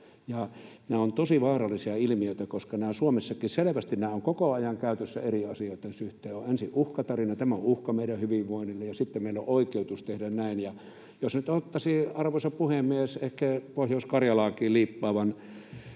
Nämä ovat tosi vaarallisia ilmiöitä, koska nämä ovat Suomessakin selvästi koko ajan käytössä eri asioitten suhteen: on ensin uhkatarina, että tämä on uhka meidän hyvinvoinnillemme, ja sitten meillä on oikeutus tehdä näin. Jos nyt ottaisin, arvoisa puhemies, ehkä Pohjois-Karjalaakin liippaavan